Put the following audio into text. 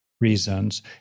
reasons